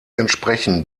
entsprechen